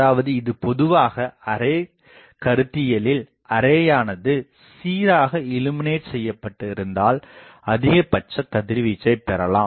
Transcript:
அதாவது இது பொதுவாக அரே கருத்தியலில் அரேயானது சீராக இல்லுமினேட் செய்யப்பட்டு இருந்தால் அதிகபட்ச கதிவீச்சை பெறலாம்